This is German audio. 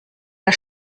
der